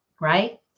right